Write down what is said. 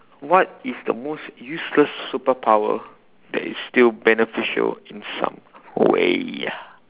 what is the most useless superpower that is still beneficial in some way